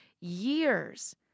years